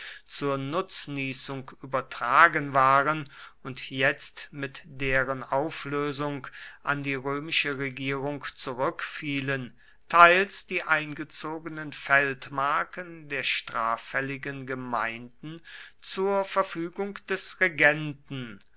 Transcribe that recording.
zur nutznießung übertragen waren und jetzt mit deren auflösung an die römische regierung zurückfielen teils die eingezogenen feldmarken der straffälligen gemeinden zur verfügung des regenten